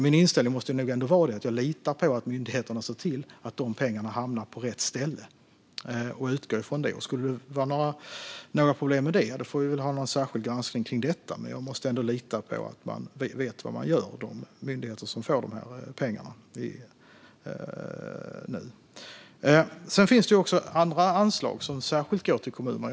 Min inställning måste nog ändå vara att jag litar på att myndigheterna ser till att pengarna hamnar på rätt ställe. Jag utgår från det. Skulle det vara problem med det får vi väl ha en särskild granskning av det, men jag måste ändå lita på att de myndigheter som får del av pengarna vet vad de gör. Sedan finns det andra anslag som särskilt går till kommunerna.